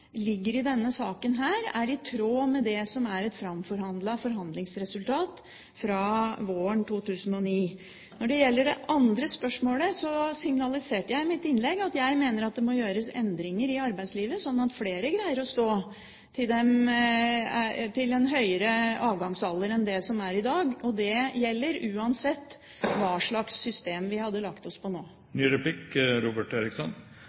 ligger i denne saken i dag, er i tråd med det som er framforhandlet forhandlingsresultat fra våren 2009. Når det gjelder det andre spørsmålet, signaliserte jeg i mitt innlegg at det må gjøres endringer i arbeidslivet, sånn at flere greier å stå til en høyere avgangsalder enn det som er i dag, og det gjelder uansett hva slags system vi hadde lagt oss på nå.